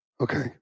Okay